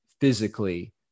physically